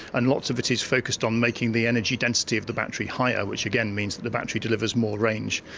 and lots of it is focused on making the energy density of the battery higher, which again means that the battery delivers more range.